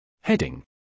Heading